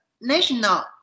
National